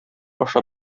аша